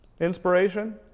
Inspiration